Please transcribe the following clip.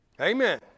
Amen